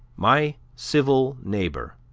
my civil neighbor,